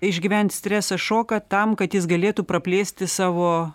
išgyvent stresą šoką tam kad jis galėtų praplėsti savo